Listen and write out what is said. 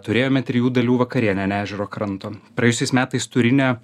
turėjome trijų dalių vakarienę ant ežero kranto praėjusiais metais turine